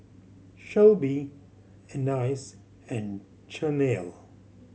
Shelby Anais and Chanelle